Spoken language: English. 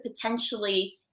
potentially